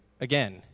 Again